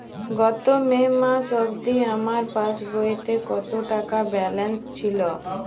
গত মে মাস অবধি আমার পাসবইতে কত টাকা ব্যালেন্স ছিল?